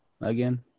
again